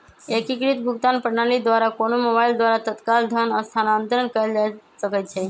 एकीकृत भुगतान प्रणाली द्वारा कोनो मोबाइल द्वारा तत्काल धन स्थानांतरण कएल जा सकैछइ